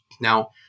Now